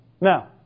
Now